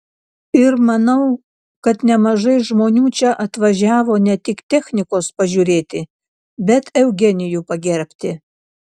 ir manau kad nemažai žmonių čia atvažiavo ne tik technikos pažiūrėti bet eugenijų pagerbti